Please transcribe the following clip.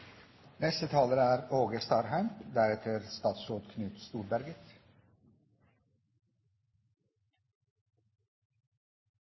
Neste taler er statsråd